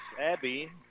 Abby